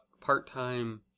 part-time